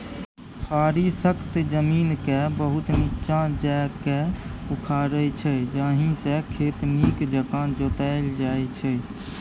फारी सक्खत जमीनकेँ बहुत नीच्चाँ जाकए उखारै छै जाहिसँ खेत नीक जकाँ जोताएल जाइ छै